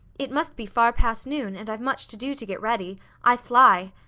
it must be far past noon, and i've much to do to get ready. i fly!